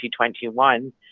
2021